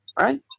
right